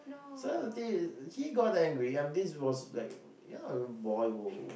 so the thing he got angry and this was like ya boy who